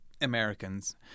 Americans